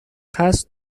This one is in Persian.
قصد